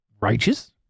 righteous